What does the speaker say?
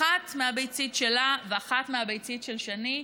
אחת מהביצית שלה ואחת מהביצית של שני,